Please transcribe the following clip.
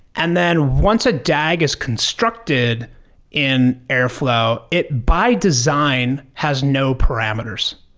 and then once a dag is constructed in airflow, it by design has no parameters.